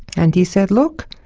and he said, look,